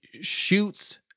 shoots